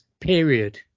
period